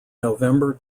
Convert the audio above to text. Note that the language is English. november